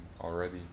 already